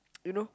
you know